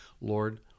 Lord